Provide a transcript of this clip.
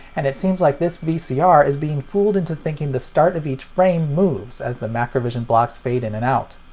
and it seems like this vcr is being fooled into thinking the start of each frame moves as the macrovision blocks fade in and out.